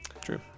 True